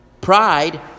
pride